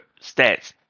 stats